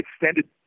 extended